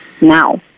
now